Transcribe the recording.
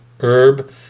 herb